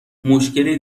مشکلی